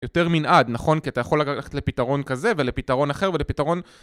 יותר מנעד נכון כי אתה יכול ללכת לפתרון כזה ולפתרון אחר ולפתרון